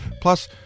Plus